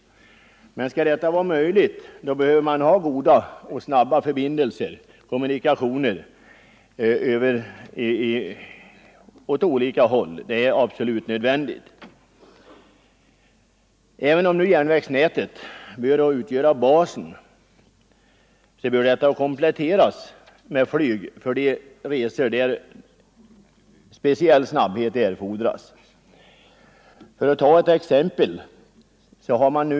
Men för att vi skall kunna ha ett sådant är det absolut nödvändigt med snabba och goda förbindelser åt olika håll. Även om järnvägsnätet bör utgöra basen för kommunikationerna, måste detta kompletteras med flyg för resor då speciell snabbhet erfordras. Låt mig nämna ett exempel.